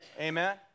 Amen